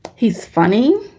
he's funny,